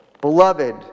Beloved